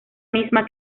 misma